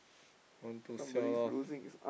one two siao [liao]